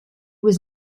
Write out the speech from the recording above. was